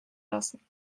lassen